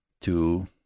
two